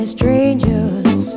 strangers